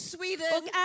Sweden